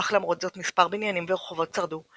אך למרות זאת מספר בניינים ורחובות שרדו,